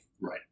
Right